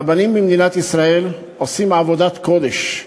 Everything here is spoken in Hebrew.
הרבנים במדינת ישראל עושים עבודת קודש,